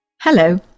Hello